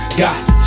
got